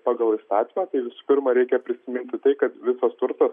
pagal įstatymą tai visų pirma reikia prisiminti tai kad visos turtas